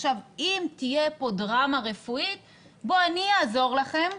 עכשיו, אם תהיה פה דרמה רפואית בוא אני אעזור לכם,